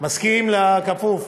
מסכים לכפוף?